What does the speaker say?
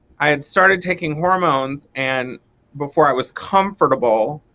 i had started taking hormones and before i was comfortable